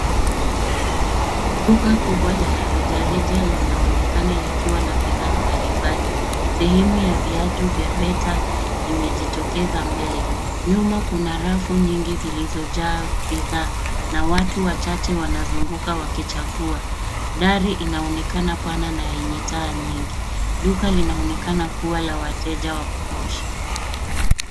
Duka kubwa la rejereja linaonekana likiwa na bidhaa mbalimbali. Sehemu ya viatu vya Bata vimejitokeza mbele. Nyuma kuna rafu nyingi zilizojaa bidhaa na watu wachache wanazunguka wakichagua. Dari inaonekana pana na yenye taa nyingi. Duka linaonekana kuwa la wateja wa kutosha.